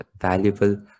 valuable